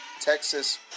Texas